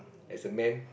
as a man